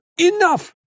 Enough